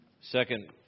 second